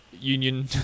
union